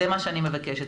זה מה שאני מבקשת.